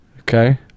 Okay